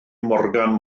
morgan